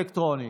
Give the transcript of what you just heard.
אלקטרונית?